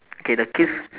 okay the kids